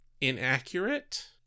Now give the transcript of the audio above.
inaccurate